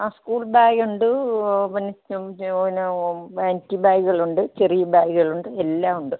ആ school bag ഉണ്ട് പിന്നെ പിന്നെ ഹാൻഡ് ബാഗുകളുണ്ട് ചെറിയ ബാഗുകളുണ്ട് എല്ലാം ഉണ്ട്